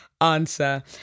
answer